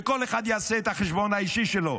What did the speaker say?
וכל אחד יעשה את החשבון האישי שלו,